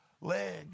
leg